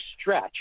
stretch